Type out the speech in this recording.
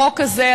החוק הזה,